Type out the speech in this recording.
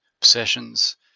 obsessions